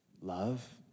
Love